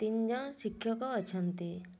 ତିନି ଜଣ ଶିକ୍ଷକ ଅଛନ୍ତି